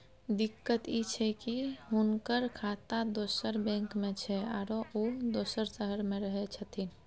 दिक्कत इ छै की हुनकर खाता दोसर बैंक में छै, आरो उ दोसर शहर में रहें छथिन